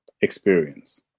experience